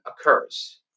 Occurs